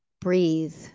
Breathe